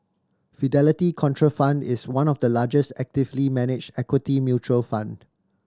Fidelity Contrafund is one of the largest actively managed equity mutual fund